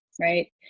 Right